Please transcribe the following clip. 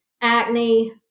acne